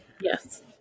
Yes